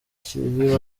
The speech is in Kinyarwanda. bakiri